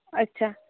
ᱟᱪᱪᱷᱟ